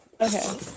Okay